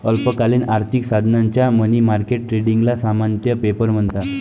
अल्पकालीन आर्थिक साधनांच्या मनी मार्केट ट्रेडिंगला सामान्यतः पेपर म्हणतात